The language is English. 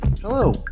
Hello